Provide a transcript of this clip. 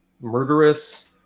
murderous